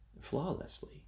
Flawlessly